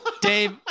Dave